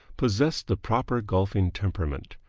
possess the proper golfing temperament!